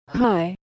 Hi